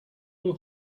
who